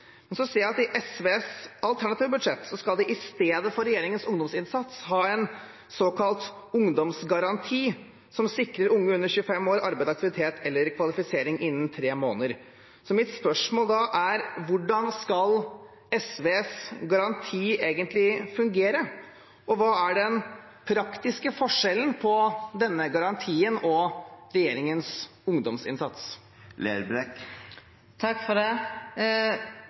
Så ser jeg at i SVs alternative budsjett skal en i stedet for regjeringens ungdomsinnsats ha en såkalt ungdomsgaranti, som sikrer unge under 25 år arbeid, aktivitet eller kvalifisering innen tre måneder. Mitt spørsmål er: Hvordan skal SVs garanti egentlig fungere, og hva er den praktiske forskjellen på denne garantien og regjeringens ungdomsinnsats? Det ligg meir pengar i denne garantien enn det